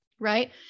right